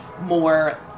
more